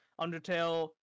Undertale